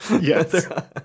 Yes